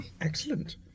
Excellent